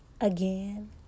again